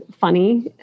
funny